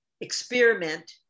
experiment